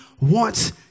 wants